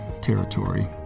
territory